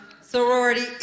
Sorority